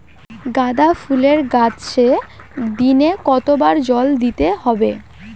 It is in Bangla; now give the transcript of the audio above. গাদা ফুলের গাছে দিনে কতবার জল দিতে হবে?